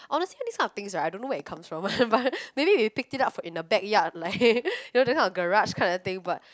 honestly this kind of things right I don't know where it comes from but maybe we picked it up in the backyard like you know this kind of garage kind of thing but